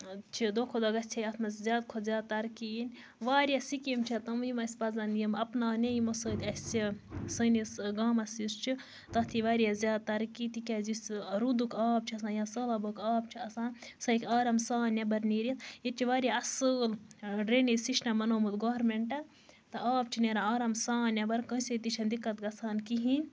چھِ دۄہ کھۄتہٕ دۄہ گژھِ ہے اَتھ منٛز زیادٕ کھۄتہٕ زیادٕ ترقی یِنۍ واریاہ سِکیٖمہٕ چھِ تِمہٕ یِم اَسہِ پَزن یِم اَپناونہِ یِمَو سۭتۍ اَسہِ سانِس گامَس یُس چھُ تَتھ یِیہِ واریاہ زیادٕ ترقی تِکیٛازِ یُس روٗدُک آب چھُ آسان یا سہلابُک آب چھُ آسان سُہ ہیٚکہِ آرامہٕ سان نیٚبر نیٖرِتھ ییٚتہِ چھِ واریاہ اصَٕل ڈرٛینیج سِسٹم بَنومُت گورمینٹَن تہٕ آب چھُ نیران آرام سان نیٚبر کٲنٛسے تہِ چھےٚ نہٕ دِقعت گژھان کِہیٖنٛۍ نہٕ